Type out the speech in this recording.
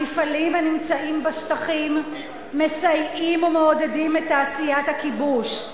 המפעלים הנמצאים בשטחים מסייעים ומעודדים את תעשיית הכיבוש,